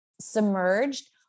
submerged